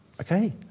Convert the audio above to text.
Okay